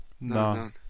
No